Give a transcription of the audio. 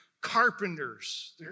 carpenters